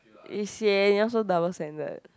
eh sian you all so double standard